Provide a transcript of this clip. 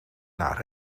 naar